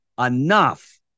enough